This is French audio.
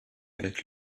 avec